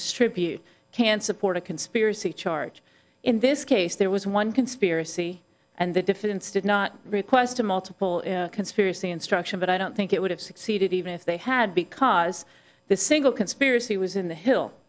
distribute can support a conspiracy charge in this case there was one conspiracy and the defense did not request a multiple conspiracy instruction but i don't think it would have succeeded even if they had because the single conspiracy was in the hill